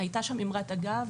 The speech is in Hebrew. הייתה שם אמרת אגב,